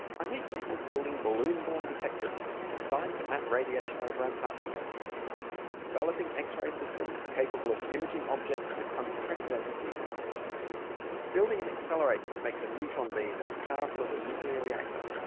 i meet people building balloon-born detectors designed to map radiation over antarctica developing x-ray systems capable of imaging objects with unprecedented detail building an accelerator that makes a neutron beam as powerful as a nuclear reactor